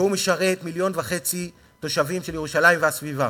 והוא משרת מיליון וחצי תושבים של ירושלים והסביבה.